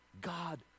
God